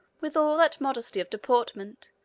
with all that modesty of deportment,